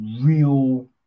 real